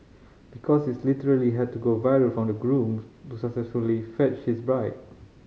because it literally had to go viral for the groom to successfully fetch his bride